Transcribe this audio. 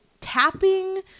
tapping